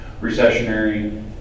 recessionary